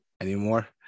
anymore